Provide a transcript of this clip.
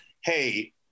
Hey